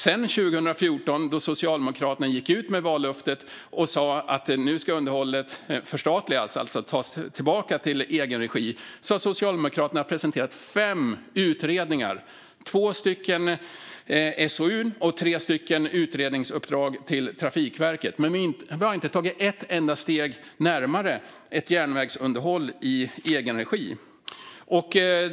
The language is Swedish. Sedan 2014, då Socialdemokraterna gick ut med vallöftet att underhållet skulle förstatligas och alltså tas tillbaka till egen regi, har Socialdemokraterna presenterat fem utredningar: två SOU:er och tre utredningsuppdrag till Trafikverket. Men vi har inte tagit ett enda steg närmare ett järnvägsunderhåll i egen regi.